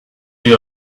you